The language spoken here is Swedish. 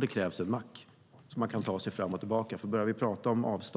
Det krävs en mack, för med stora avstånd krävs det bensin och diesel så att man kan ta sig fram och tillbaka. Vi måste tänka på att